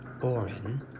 Oren